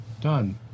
Done